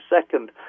second